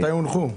מתי הן הונחו?